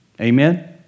Amen